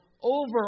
over